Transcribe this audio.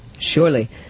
Surely